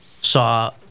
saw